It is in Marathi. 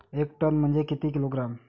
एक टन म्हनजे किती किलोग्रॅम?